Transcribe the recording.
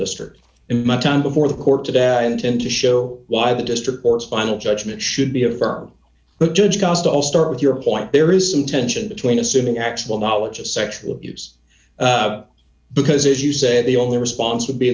district in my town before the court today i intend to show why the district court's final judgment should be a vermin but judge just i'll start with your point there is some tension between assuming actual knowledge of sexual abuse because as you said the only response would be